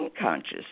unconscious